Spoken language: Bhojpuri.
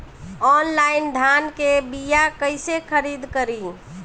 आनलाइन धान के बीया कइसे खरीद करी?